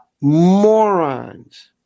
morons